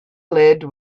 lid